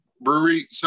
brewery